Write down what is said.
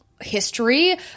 history